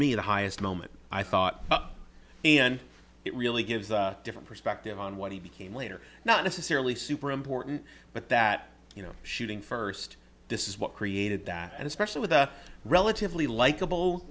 me the highest moment i thought and it really gives a different perspective on what he became later not necessarily super important but that you know shooting first this is what created that especially with the relatively likable